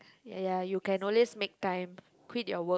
ya ya you can always make time quit your work